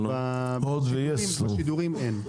אבל בשידורים אין.